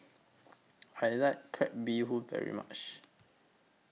I like Crab Bee Hoon very much